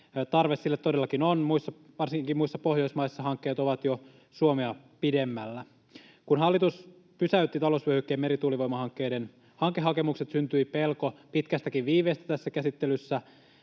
Tarve sille todellakin on. Varsinkin muissa Pohjoismaissa hankkeet ovat jo Suomea pidemmällä. Kun hallitus pysäytti talousvyöhykkeen merituulivoimahankkeiden hankehakemukset, syntyi pelko pitkästäkin viiveestä tässä käsittelyssä,